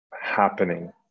happening